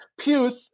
Puth